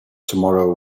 tomorrow